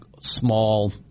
small